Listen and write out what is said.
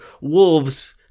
Wolves